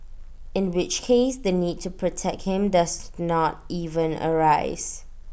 in which case the need to protect him does not even arise